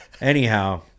anyhow